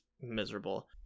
miserable